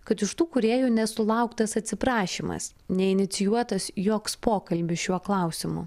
kad iš tų kūrėjų nesulauktas atsiprašymas neinicijuotas joks pokalbis šiuo klausimu